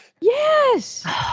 Yes